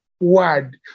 word